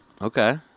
Okay